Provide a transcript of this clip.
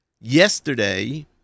Yesterday